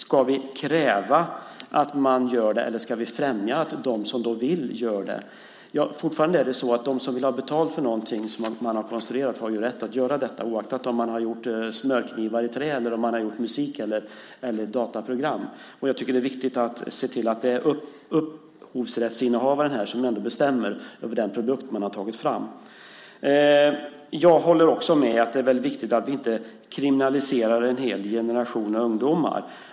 Ska vi kräva att man gör det, eller ska vi främja att de som vill gör det? Det är fortfarande så att de som vill ha betalt för någonting som de har konstruerat har rätt att göra det oaktat om man har gjort smörknivar i trä, musik eller dataprogram. Jag tycker att det är viktigt att det är upphovsrättsinnehavaren som bestämmer över den produkt man har tagit fram. Jag håller också med om att det är väldigt viktigt att vi kriminaliserar en hel generation ungdomar.